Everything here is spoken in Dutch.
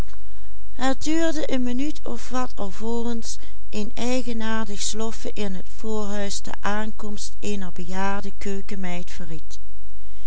sloffen in het voorhuis de aankomst eener bejaarde keukenmeid verried